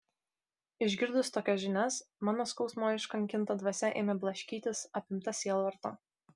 išgirdus tokias žinias mano skausmo iškankinta dvasia ėmė blaškytis apimta sielvarto